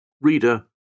Reader